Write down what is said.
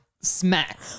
smack